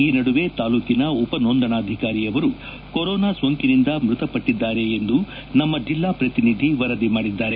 ಈ ನಡುವೆ ತಾಲೂಕಿನ ಉಪನೋಂದಣಾಧಿಕಾರಿಯವರು ಕೊರೋನಾ ಸೋಂಕಿನಿಂದ ಮೃತಪಟ್ಟಿದ್ದಾರೆ ಎಂದು ನಮ್ಮ ಜಿಲ್ಲಾ ಪ್ರತಿನಿಧಿ ವರದಿ ಮಾಡಿದ್ದಾರೆ